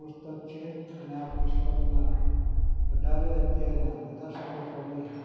પુસ્તક છે અને આ પુસ્તકના અઢારે અધ્યાયના બધા શ્લોકો મેં